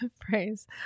Praise